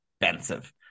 expensive